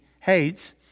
hates